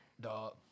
Dog